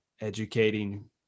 educating